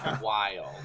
wild